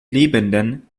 lebenden